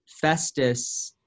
Festus